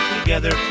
together